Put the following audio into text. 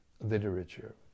literature